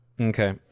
Okay